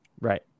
Right